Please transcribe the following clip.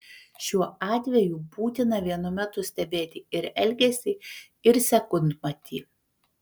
šiuo atveju būtina vienu metu stebėti ir elgesį ir sekundmatį